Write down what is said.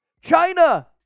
China